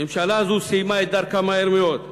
ממשלה זו סיימה את דרכה מהר מאוד,